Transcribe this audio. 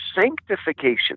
sanctification